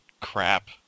crap